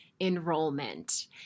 enrollment